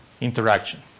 interaction